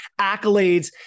accolades